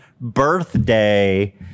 birthday